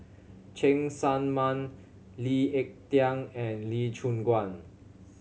Cheng Tsang Man Lee Ek Tieng and Lee Choon Guan